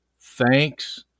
thanks